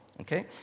okay